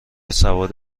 سواد